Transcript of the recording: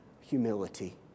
humility